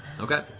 okay.